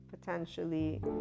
potentially